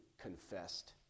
confessed